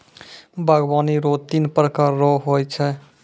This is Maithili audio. बागवानी रो तीन प्रकार रो हो छै